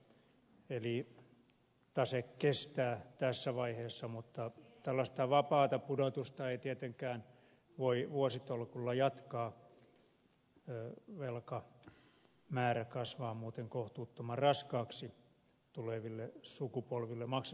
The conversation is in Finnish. eli tase kestää tässä vaiheessa mutta tällaista vapaata pudotusta ei tietenkään voi vuositolkulla jatkaa velkamäärä kasvaa muuten kohtuuttoman raskaaksi tuleville sukupolville maksettavaksi